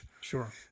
Sure